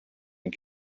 and